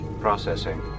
Processing